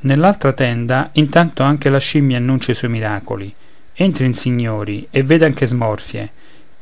nell'altra tenda intanto anche la scimmia annuncia i suoi miracoli entrin signori e vedano che smorfie